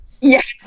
Yes